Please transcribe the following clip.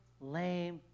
lame